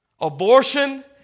Abortion